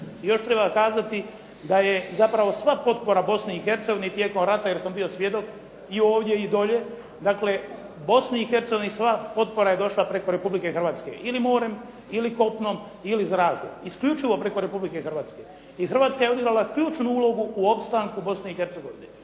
Još treba kazati da je zapravo sva potpora Bosni i Hercegovini tijekom rata, jer sam bio svjedok i ovdje i dolje, dakle Bosni i Hercegovini sva potpora je došla preko Republike Hrvatske ili morem, ili kopnom, ili zrakom. Isključivo preko Republike Hrvatske. I Hrvatska je odigrala ključnu ulogu u opstanku Bosne i Hercegovine.